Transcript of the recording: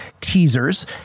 teasers